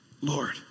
Lord